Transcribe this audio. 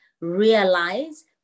realize